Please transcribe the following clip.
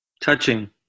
Touching